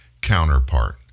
counterpart